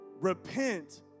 repent